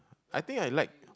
I think I like